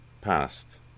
past